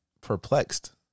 perplexed